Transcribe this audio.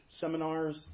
seminars